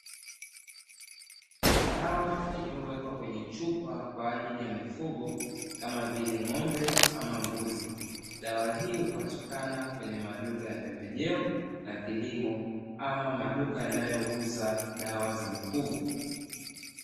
Dawa iliyowekwa kwenye chupa kwa ajili ya mifugo, kama vile ng'ombe ama mbuzi. Dawa hii hupatikana kwenye maduka ya pembejeo za kilimo, ama maduka yanayouza dawa za mifugo.